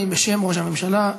בשם ראש הממשלה.